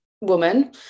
woman